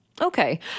Okay